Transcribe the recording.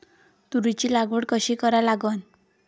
तुरीची लागवड कशी करा लागन?